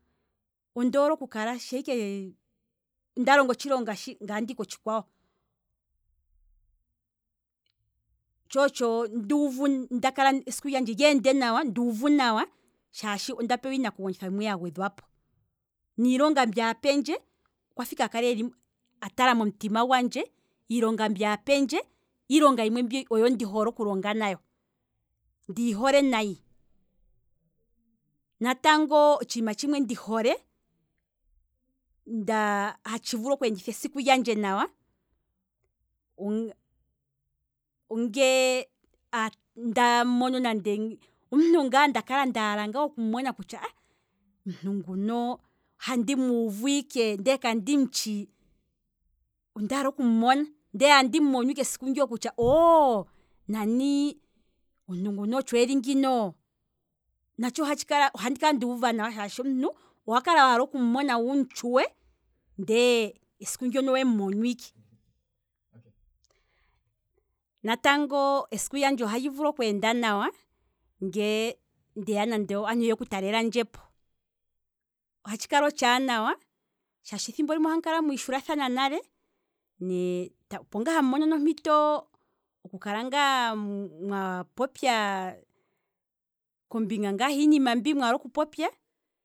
Oondole oku kala shaa ike nda longo otshilonga shi, ngaye otehi kotshikwawo, tsho otsho nduuvu, esiku lyandje lyeende nawa nduuvu nawa shaashi onda pewa iinaku gwanithwa yimwe yagwedhwapo, iilonga mbyoka apendje, okwafa ike a kala atala momutima gwandje, iilonga mbi apendje ombi ndi hole okulonga nayo ndi yi hole nayi, natango otshiima tshimwe ndi hole, hatshi vulu kweeditha esiku lyandje nawa, onge nda mono omuntu ngaa nda kala ndaala okumona, nda mona ngaa kutya ah, omuntu nguno handi muuvu ike ndele kandi m'tshi, ondaala okumumona, ndele tandi mumono ike esiku ndoka kutya oooo, nani omuntu nguno otsho eli ngino, natsho ohatshi kala, ohandi kala nduuva nawa shaashi omuntu owakala waala wum'tshuwe, ndele esiku ndono owemu mono ike, natango esiku lyandje ohali vulu okweenda nawa nge aantu yeya oku talela ndjepo, ohatshi kala otshaanawa shaashi thimbo limwe ohamu kala mwiidhula thana nale, po opo ngaa hamu nono nompito hoku kala ngaa mwapopya kombinga hiinima mbi mwaala oku popya